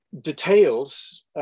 details